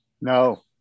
No